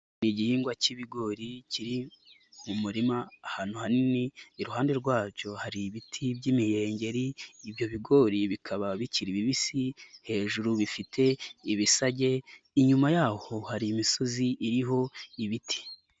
Igihingwa k'ibigori kiri mu murima ahantu hanini, iruhande rwacyo hari ibiti by'imihengeri, ibyo bigori bikaba bikiri bibisi hejuru bifite ibisage, inyuma y'aho hari imisozi iriho ibiti.